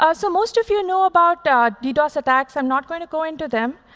ah so most of you and know about ddos attacks. i'm not going to go into them.